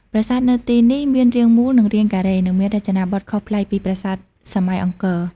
ប្រាសាទនៅទីនេះមានរាងមូល ឬរាងការ៉េ និងមានរចនាបថខុសប្លែកពីប្រាសាទសម័យអង្គរ។